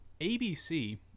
ABC